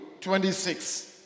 26